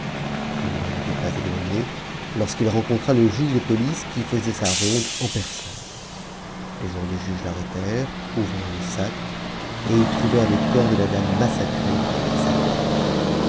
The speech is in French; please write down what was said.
i n'en était pas éloigné lorsqu'il rencontra le juge de police qui faisait sa ronde eu personne les gens du juge l'arrêtèrent ouvrirent le sac et y trouvèrent le corps de la dame massacrée et sa tête